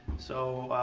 so,